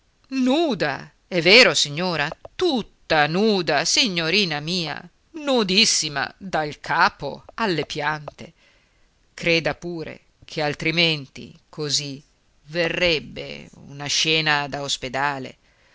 nuda è vero signora tutta nuda signorina mia nudissima dal capo alle piante creda pure che altrimenti così verrebbe una scena da ospedale